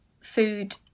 food